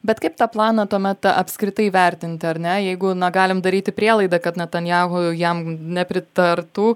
bet kaip tą planą tuomet apskritai vertinti ar ne jeigu na galim daryti prielaidą kad netanyahu jam nepritartų